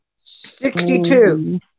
Sixty-two